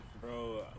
Bro